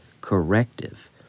corrective